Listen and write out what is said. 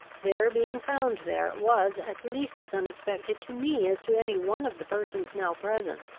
their being found there, was at least as unexpected to me as to any one of the persons now present.